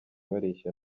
bareshya